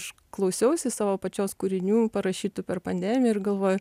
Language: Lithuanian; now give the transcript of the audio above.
aš klausiausi savo pačios kūrinių parašytų per pandemiją ir galvoju